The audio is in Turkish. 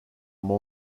ama